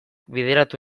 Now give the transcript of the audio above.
bideratu